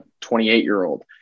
28-year-old